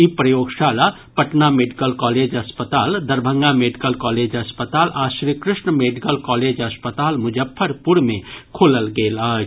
ई प्रयोगशाला Patna medical college अस्पताल Darbhanga medical college अस्पताल आ श्रीकृष्ण मेडिकल कॉलेज अस्पताल मुजफ्फरपुर मे खोलल गेल अछि